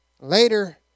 Later